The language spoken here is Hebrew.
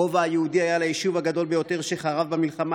הרובע היהודי היה ליישוב הגדול ביותר שחרב במלחמה,